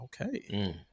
Okay